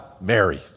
Mary